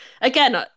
again